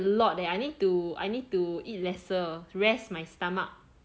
alot leh I need to I need to eat lesser rest my stomach